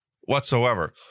whatsoever